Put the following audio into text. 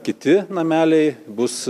kiti nameliai bus